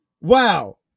Wow